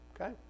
Okay